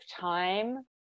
time